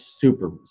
super